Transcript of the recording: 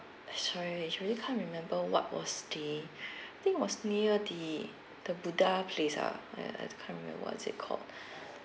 sorry really can't remember what was the think was near the the buddha place ah I I can't remember what is it called